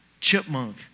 chipmunk